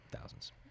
thousands